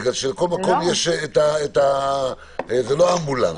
זה לא אמבולנס.